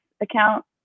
account